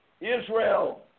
Israel